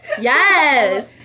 Yes